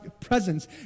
presence